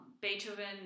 Beethoven